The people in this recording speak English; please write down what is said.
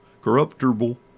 corruptible